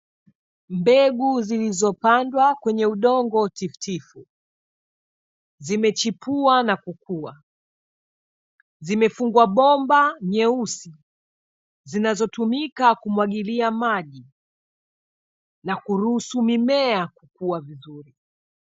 Mbegu zilizopandwa kwenye udongo tifutifu zimechipua na kukua, zimefungwa bomba nyeusi zinazotumika kumwagilia maji na kuruhusu mimea kukua vizuri.